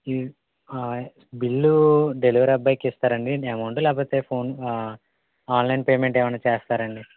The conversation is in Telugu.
బిల్లు డెలివరీ అబ్బాయికి ఇస్తారండి అమౌంట్ లేకపోతే ఫోన్ ఆన్లైన్ పేమెంట్ ఏమన్నా చేస్తారా అండి